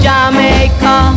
Jamaica